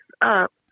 up